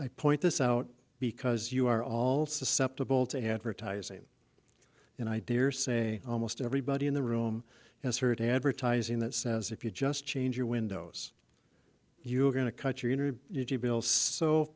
i point this out because you are all susceptible to advertising and i dare say almost everybody in the room has hurt advertising that says if you just change your windows you're going to cut your